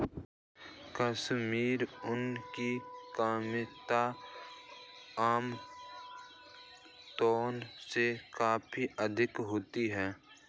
कश्मीरी ऊन की कीमत आम ऊनों से काफी अधिक होती है